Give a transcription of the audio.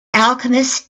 alchemist